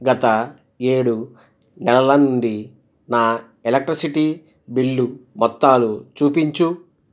గత ఏడు నెలల నుండి నా ఎలక్ట్రిసిటీ బిల్లు మొత్తాలు చూపించు